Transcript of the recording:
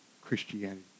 Christianity